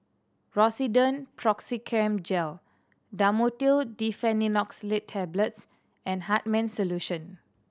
Rosiden Piroxicam Gel Dhamotil Diphenoxylate Tablets and Hartman's Solution